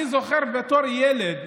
אני זוכר, בתור ילד,